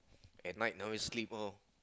at night never sleep orh